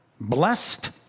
blessed